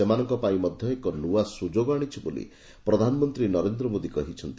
ସେମାନଙ୍କ ପାଇଁ ମଧ ଏହା ନିଆ ସୁଯୋଗ ଆଶିଛି ବୋଲି ପ୍ରଧାନମନ୍ତୀ ନରେନ୍ଦ ମୋଦି କହିଛନ୍ତି